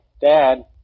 Dad